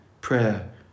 prayer